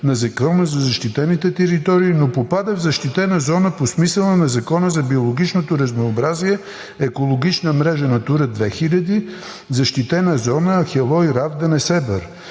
на Закона за защитените територии, но попада в защитена зона по смисъла на Закона за биологичното разнообразие, екологична мрежа „Натура 2000“, защитена зона Ахелой – Равда – Несебър